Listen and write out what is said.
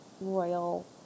royal